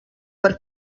per